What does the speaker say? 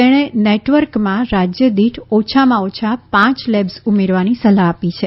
તેણે નેટવર્કમાં રાજ્ય દીઠ ઓછામાં ઓછા પાંચ લેબ્સ ઉમેરવાની સલાહ આપી છે